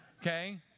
okay